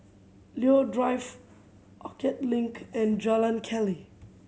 Leo Drive Orchard Link and Jalan Keli